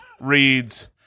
reads